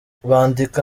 bandika